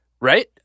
Right